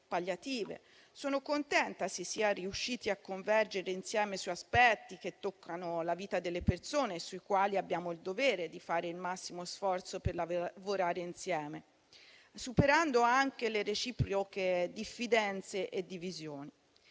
Sono contenta che si sia riusciti a convergere insieme su aspetti che toccano la vita delle persone e sui quali abbiamo il dovere di fare il massimo sforzo per lavorare insieme, superando anche le reciproche diffidenze e divisioni.